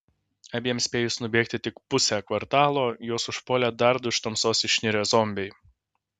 abiem spėjus nubėgti tik pusę kvartalo juos užpuolė dar du iš tamsos išnirę zombiai